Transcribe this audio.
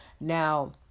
Now